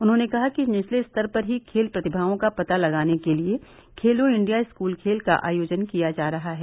उन्होंने कहा कि निचले स्तर पर ही खेल प्रतिभाओंका पता लगाने के लिए खेलो इंडिया स्कूल खेल का आयोजन किया जा रहा है